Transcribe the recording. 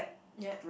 yup